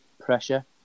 pressure